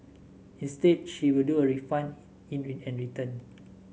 instead she will do a refund and return